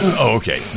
okay